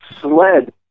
sled